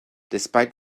despite